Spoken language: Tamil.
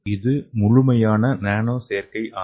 இது முழுமையான நானோ செயற்கை ஆர்